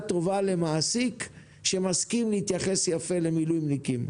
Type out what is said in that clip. טובה למעסיק שמסכים להתייחס יפה למילואימניקים,